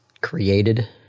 created